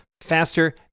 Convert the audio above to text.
faster